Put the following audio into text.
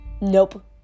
Nope